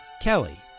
Kelly